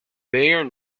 bayern